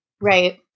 Right